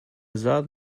zad